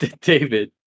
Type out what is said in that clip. David